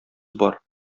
бар